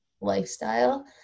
lifestyle